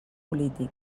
polític